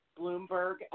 Bloomberg